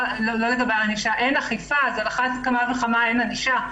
אין אכיפה, אז ודאי שגם אין ענישה.